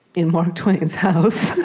in mark twain's house,